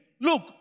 look